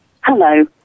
Hello